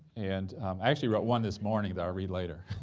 and i actually wrote one this morning that i'll read later,